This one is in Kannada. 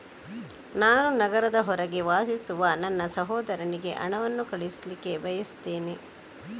ನಾನು ನಗರದ ಹೊರಗೆ ವಾಸಿಸುವ ನನ್ನ ಸಹೋದರನಿಗೆ ಹಣವನ್ನು ಕಳಿಸ್ಲಿಕ್ಕೆ ಬಯಸ್ತೆನೆ